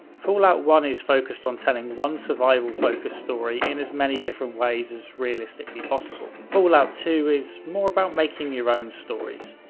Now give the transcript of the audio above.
fallout one is focused on telling one survival focused story in as many different ways as realistically possible. fallout two is more about making your own stories.